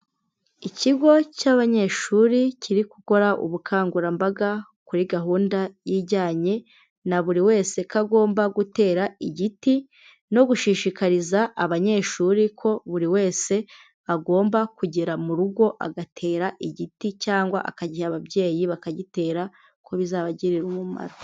Ikigo cy'abanyeshuri kiri gukora ubukangurambaga kuri gahunda ijyanye na buri wese, ko agomba gutera igiti no gushishikariza abanyeshuri ko buri wese agomba kugera mu rugo agatera igiti cyangwa akagiha ababyeyi bakagitera ko bizabagirira umumaro.